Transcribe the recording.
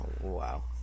Wow